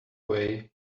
way